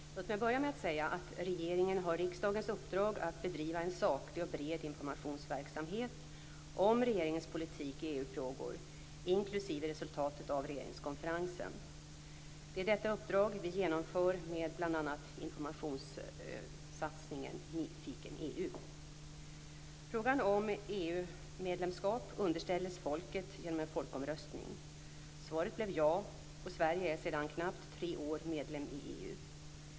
Låt mig till att börja med säga att regeringen har riksdagens uppdrag att bedriva en saklig och bred informationsverksamhet om regeringens politik i EU Det är detta uppdrag vi genomför med bl.a. informationssatsningen "Nyfiken EU". Frågan om EU-medlemskap underställdes folket genom en folkomröstning. Svaret blev ja, och Sverige är sedan knappt tre år medlem i EU.